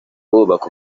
bubaka